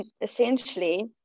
essentially